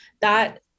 that-